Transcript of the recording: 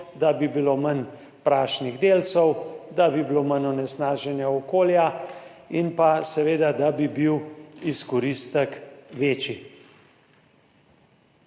da bi bilo manj prašnih delcev, da bi bilo manj onesnaženja okolja in da bi bil seveda izkoristek večji.